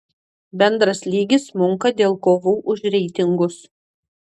bendras lygis smunka dėl kovų už reitingus